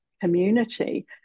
community